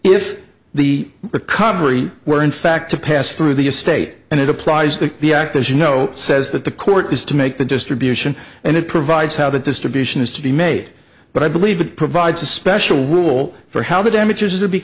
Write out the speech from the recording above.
recovery were in fact to pass through the estate and it applies to the act as you know says that the court has to make the distribution and it provides how the distribution is to be made but i believe it provides a special rule for how the damages